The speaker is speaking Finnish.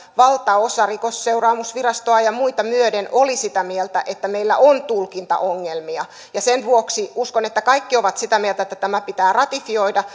valtaosa rikosseuraamusvirastoa ja muita myöden oli sitä mieltä että meillä on tulkintaongelmia sen vuoksi uskon että kaikki ovat sitä mieltä että tämä pitää ratifioida